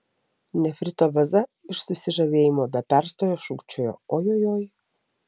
nefrito vaza iš susižavėjimo be perstojo šūkčiojo ojojoi